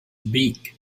beak